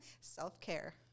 Self-care